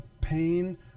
pain